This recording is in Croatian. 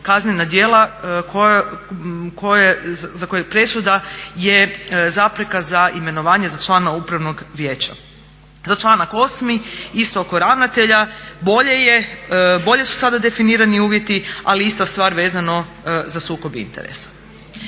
kaznena djela za koje presuda je zapreka za imenovanje za člana upravnog vijeća. Za člana COSME-i isto ko ravnatelja bolje su sada definirani uvjeti ali je ista stvar vezano za sukob interesa.